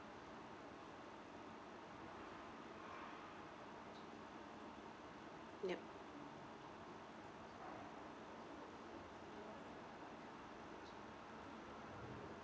ya